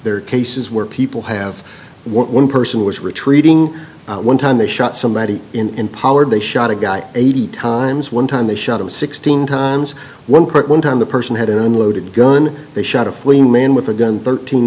there are cases where people have one person was retreating one time they shot somebody in pollard they shot a guy eighty times one time they shot him sixteen times one per one time the person had an unloaded gun they shot a free man with a gun thirteen